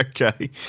Okay